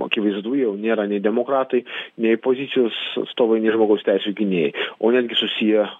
akivaizdu jau nėra nei demokratai nei opozicijos atstovai nei žmogaus teisių gynėjai o netgi susiję